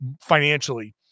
financially